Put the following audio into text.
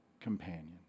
companion